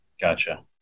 gotcha